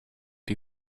die